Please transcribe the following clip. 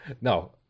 No